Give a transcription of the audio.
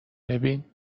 ببین